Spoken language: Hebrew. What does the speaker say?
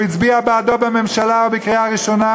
הוא הצביע בעדו בממשלה ובקריאה ראשונה